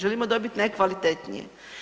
Želimo dobit najkvalitetnije.